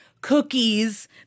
cookies